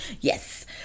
Yes